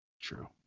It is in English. true